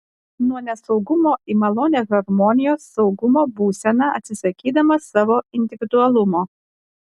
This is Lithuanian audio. nuo nesaugumo į malonią harmonijos saugumo būseną atsisakydamas savo individualumo